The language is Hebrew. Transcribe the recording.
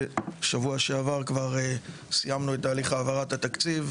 ושבוע שעבר כבר סיימנו את תהליך העברת התקציב,